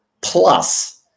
plus